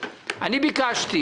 ביקשתי